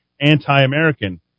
anti-American